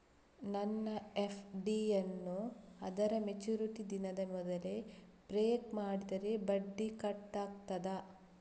ನನ್ನ ಎಫ್.ಡಿ ಯನ್ನೂ ಅದರ ಮೆಚುರಿಟಿ ದಿನದ ಮೊದಲೇ ಬ್ರೇಕ್ ಮಾಡಿದರೆ ಬಡ್ಡಿ ಕಟ್ ಆಗ್ತದಾ?